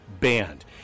banned